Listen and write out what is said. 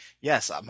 yes